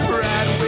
Brad